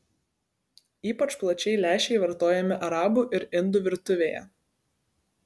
ypač plačiai lęšiai vartojami arabų ir indų virtuvėje